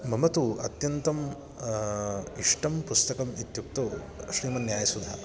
मम तु अत्यन्तम् इष्टं पुस्तकम् इत्युक्तौ श्रीमन्यायसुधा